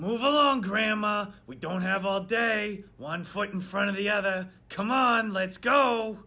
move along grandma we don't have all day one foot in front of the other come on let's go